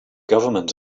government